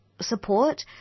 support